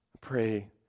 pray